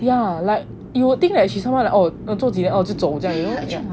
yeah like you will think that she is one of the 做几天就走这样